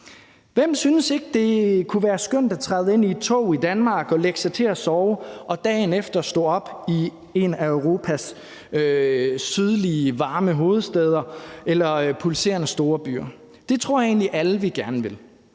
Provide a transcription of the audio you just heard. Hvem synes ikke, det kunne være skønt at træde ind i et tog i Danmark og lægge sig til at sove og dagen efter stå op i en af Europas sydlige, varme hovedstæder eller pulserende storbyer? Det tror jeg egentlig vi alle gerne vil.